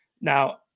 now